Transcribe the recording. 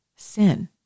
sin